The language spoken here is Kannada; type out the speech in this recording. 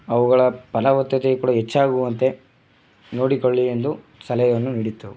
ಅವುಗಳ ಫಲವತ್ತತೆ ಕೂಡ ಹೆಚ್ಚಾಗುವಂತೆ ನೋಡಿಕೊಳ್ಳಿ ಎಂದು ಸಲಹೆಯನ್ನು ನೀಡಿತು